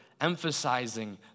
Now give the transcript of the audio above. emphasizing